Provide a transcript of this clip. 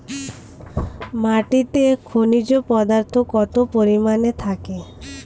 মাটিতে খনিজ পদার্থ কত পরিমাণে থাকে?